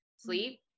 sleep